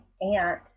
aunt